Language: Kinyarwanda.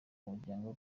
umuryango